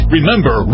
Remember